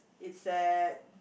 it's that